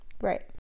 right